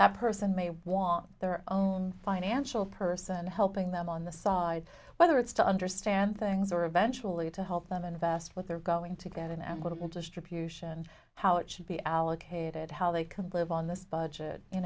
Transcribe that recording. that person may want their own financial person helping them on the side whether it's to understand things or eventually to help them invest what they're going to get in and what will distribution how it should be allocated how they come on this budget you